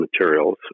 materials